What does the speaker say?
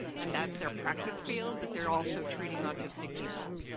and that's their practice field that they're also treating autistic people.